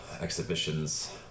exhibitions